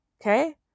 Okay